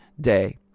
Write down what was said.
day